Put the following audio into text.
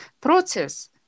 Process